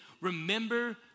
remember